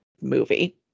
movie